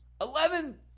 Eleven